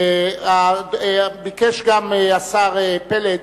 ביקש גם השר פלד